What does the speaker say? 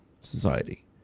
society